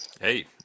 Hey